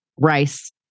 rice